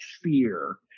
fear